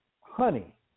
honey